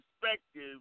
perspective